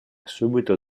subito